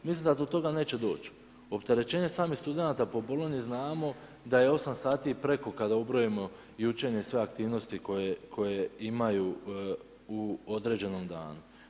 Mislim da do tog neće doć, opterećenje samih studenata po Bolonji znamo da je 8 sati preko kad ubrojimo i učenje i sve aktivnosti koje imaju u određenom danu.